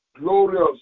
glorious